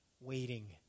waiting